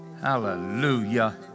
Hallelujah